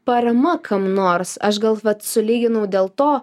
parama kam nors aš gal vat sulyginau dėl to